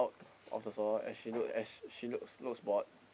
out of the floor as she looks as she looks looks bored